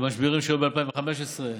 משברים ב-2015,